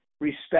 respect